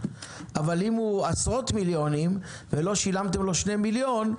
אבל אם הוא עשרות מיליונים ולא שילמתם לו 2 מיליון,